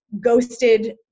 ghosted